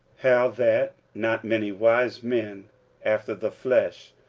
how that not many wise men after the flesh,